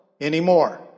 anymore